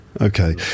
okay